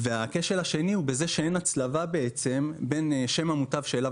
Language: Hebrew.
הכשל השני הוא בזה שאין הצלבה בין שם המוטב שאליו